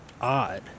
odd